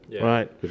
Right